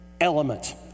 element